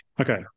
Okay